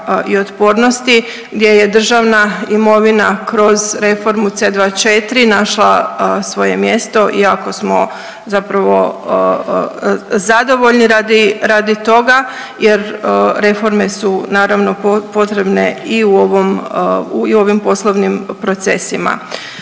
i otpornosti, gdje je državna imovina kroz reformu C2 četiri našla svoje mjesto. Jako smo zapravo zadovoljni radi toga, jer reforme su naravno potrebne i u ovim poslovnim procesima.